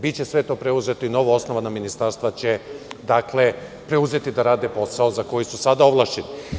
Biće sve to preuzeto i novoosnovana ministarstva će preuzeti da rade posao za koji su sada ovlašćeni.